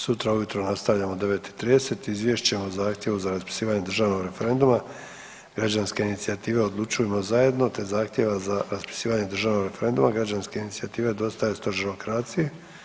Sutra u jutro nastavljamo u 9,30 Izvješće o zahtjevu za raspisivanje državnog referenduma građanske inicijative „Odlučujmo zajedno“ te zahtjeva za raspisivanje državnog referenduma građanske inicijative „Dosta je stožerokracije“